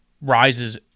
rises